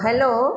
hello